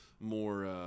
More